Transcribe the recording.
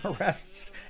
arrests